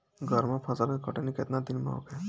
गर्मा फसल के कटनी केतना दिन में होखे?